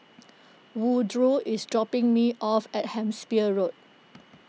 Woodroe is dropping me off at Hampshire Road